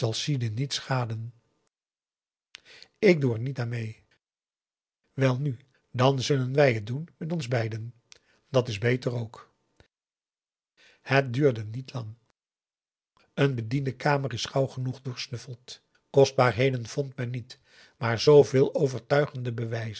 sidin niet schaden ik doe er niet aan mee welnu dan zullen wij het doen met ons beiden dat is beter ook het duurde niet lang een bediendenkamer is gauw genoeg doorsnuffeld kostbaarheden vond men niet maar zooveel overtuigende bewijzen